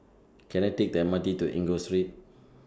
Can I Take The M R T to Enggor Street